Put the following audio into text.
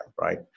right